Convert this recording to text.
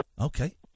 Okay